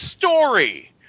story